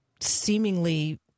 seemingly